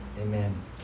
Amen